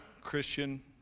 Christian